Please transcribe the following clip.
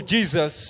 Jesus